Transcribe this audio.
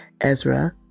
Ezra